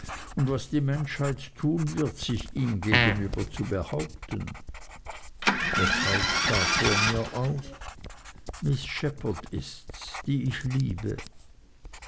und was die menschheit tun wird sich ihm gegenüber zu behaupten wer taucht da vor mir auf miß shepherd ists die ich liebe